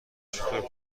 چطور